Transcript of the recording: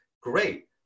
Great